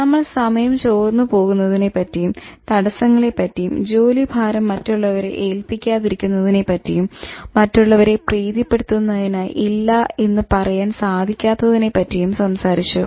നമ്മൾ സമയം ചോർന്ന് പോകുന്നതിനെ പറ്റിയും തടസ്സങ്ങളെ പറ്റിയും ജോലി ഭാരം മറ്റുള്ളവരെ ഏല്പികാത്തിരിക്കുന്നതിനെ പറ്റിയും മറ്റുള്ളവരെ പ്രീതി പെടുത്തുന്നതിനായി "ഇല്ല" എന്ന് പറയാൻ സാധിക്കാത്തതിനെ പറ്റിയും സംസാരിച്ചു